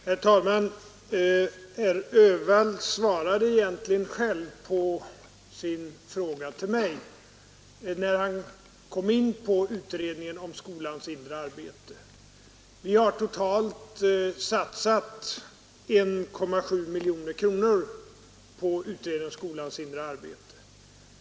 Herr talman! Herr Öhvall svarade egentligen själv på sin fråga till mig, när han kom in på utredningen om skolans inre arbete. Vi har totalt satsat 1,7 miljoner kronor på utredningen om skolans inre arbete.